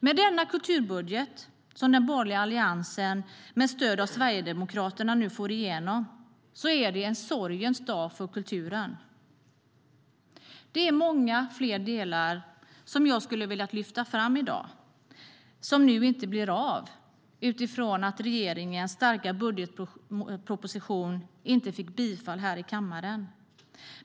Med denna kulturbudget som den borgerliga alliansen med stöd av Sverigedemokraterna nu får igenom är det en sorgens dag för kulturen. Det är många fler delar som jag hade velat lyfta fram i dag, som nu inte blir av utifrån att regeringens starka budgetproposition inte bifölls här i kammaren.